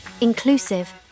inclusive